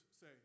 say